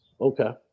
Okay